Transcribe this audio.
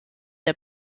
der